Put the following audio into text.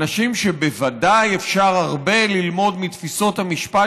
אנשים שבוודאי אפשר הרבה ללמוד מתפיסות המשפט